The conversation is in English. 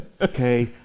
okay